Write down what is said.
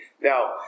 Now